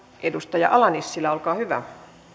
edustaja ala nissilä olkaa hyvä